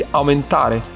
aumentare